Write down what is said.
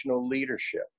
leadership